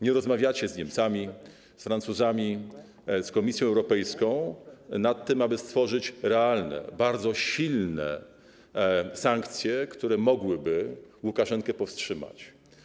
Nie rozmawiacie z Niemcami, Francuzami czy Komisją Europejską o tym, aby stworzyć realne, bardzo silne sankcje, które mogłyby Łukaszenkę powstrzymać.